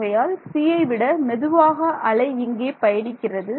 ஆகையால் c யை விட மெதுவாக அலை இங்கே பயணிக்கிறது